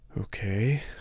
Okay